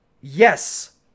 Yes